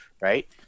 right